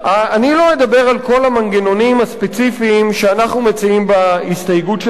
אני לא אדבר על כל המנגנונים הספציפיים שאנחנו מציעים בהסתייגות שלנו.